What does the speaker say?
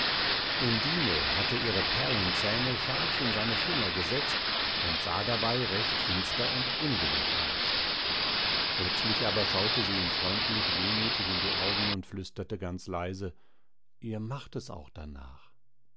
undine hatte ihre perlenzähne scharf in seine finger gesetzt und sah dabei recht finster und unwillig aus plötzlich aber schaute sie ihm freundlich wehmütig in die augen und flüsterte ganz leise ihr macht es auch darnach